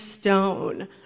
Stone